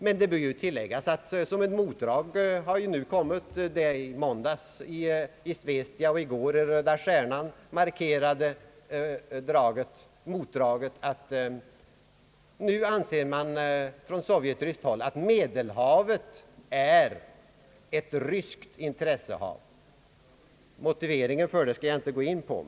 Men det bör tilläggas att som ett motdrag har i måndags Izvestija och i går Röda Stjärnan markerat att man nu på sovjetryskt håll anser att Medelhavet är ett ryskt intressehav. Motiveringen för detta skall jag inte gå in på.